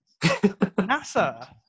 NASA